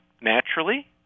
naturally